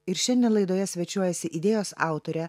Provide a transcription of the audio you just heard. ir šiandien laidoje svečiuojasi idėjos autorė